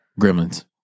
Gremlins